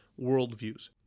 worldviews